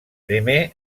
primer